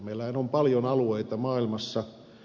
meillähän on paljon alueita maailmassa